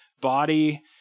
body